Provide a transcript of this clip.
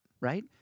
Right